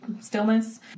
stillness